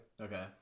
Okay